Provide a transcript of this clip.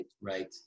right